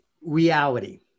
reality